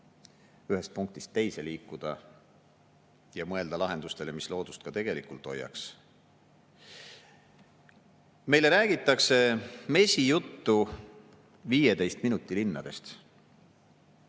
ühest punktist teise liikuda ja mõelda lahendustele, mis loodust ka tegelikult hoiaks. Meile räägitakse mesijuttu 15 minuti linnadest: